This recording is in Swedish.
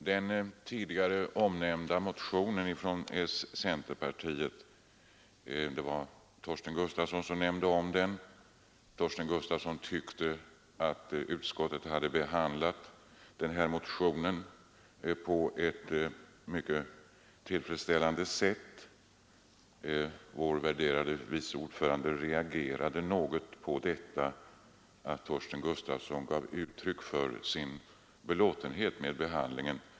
Herr talman! Herr Torsten Gustafsson tyckte att motionen från centerpartiet behandlats av utskottet på ett mycket tillfredsställande sätt. Vår värderade vice ordförande reagerade något på att Torsten Gustafsson gav uttryck för sin belåtenhet med behandlingen.